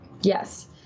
Yes